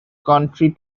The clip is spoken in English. country